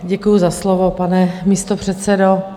Děkuji za slovo, pane místopředsedo.